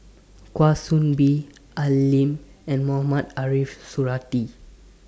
Kwa Soon Bee Al Lim and Mohamed Ariff Suradi